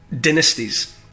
dynasties